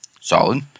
Solid